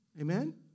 Amen